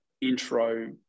intro